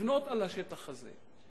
לבנות על השטח הזה.